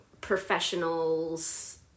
professionals